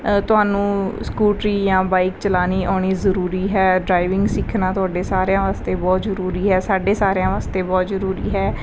ਤੁਹਾਨੂੰ ਸਕੂਟਰੀ ਜਾਂ ਬਾਈਕ ਚਲਾਉਣੀ ਆਉਣੀ ਜ਼ਰੂਰੀ ਹੈ ਡਰਾਈਵਿੰਗ ਸਿੱਖਣਾ ਤੁਹਾਡੇ ਸਾਰਿਆਂ ਵਾਸਤੇ ਬਹੁਤ ਜ਼ਰੂਰੀ ਹੈ ਸਾਡੇ ਸਾਰਿਆਂ ਵਾਸਤੇ ਬਹੁਤ ਜ਼ਰੂਰੀ ਹੈ